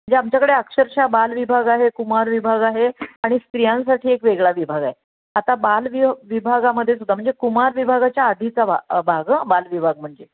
म्हणजे आमच्याकडे अक्षरश बाल विभाग आहे कुमार विभाग आहे आणि स्त्रियांसाठी एक वेगळा विभाग आहे आता बाल वि विभागामध्ये सुद्धा म्हणजे कुमार विभागाच्या आधीचा भा भाग हं बाल विभाग म्हणजे